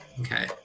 Okay